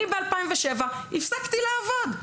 אני ב-2007 הפסקתי לעבוד.